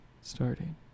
starting